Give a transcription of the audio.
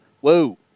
Whoa